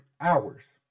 hours